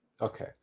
Okay